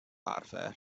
arfer